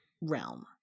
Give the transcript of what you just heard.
realm